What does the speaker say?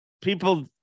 people